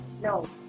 No